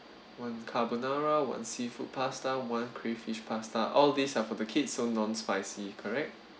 one carbonara one seafood pasta one crayfish pasta all these are for the kids so non spicy correct